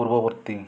ପୂର୍ବବର୍ତ୍ତୀ